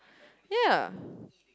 yeah